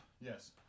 Yes